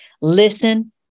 Listen